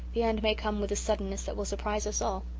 the end may come with a suddenness that will surprise us all.